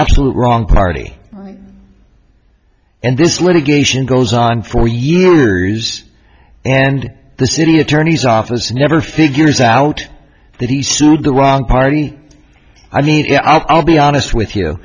absolute wrong party and this litigation goes on for years and the city attorney's office never figures out that he sued the wrong party i mean i'll be honest with you